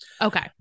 Okay